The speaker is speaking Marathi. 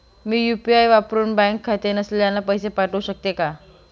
मी यू.पी.आय वापरुन बँक खाते नसलेल्यांना पैसे पाठवू शकते का?